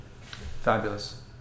Fabulous